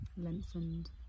Lengthened